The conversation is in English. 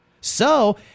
So-